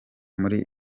muri